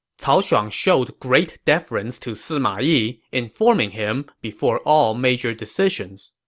cao shuang showed great deference to sima yi, informing him before all major decisions.